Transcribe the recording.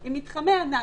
עם מתחמי ענק,